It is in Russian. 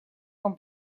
вам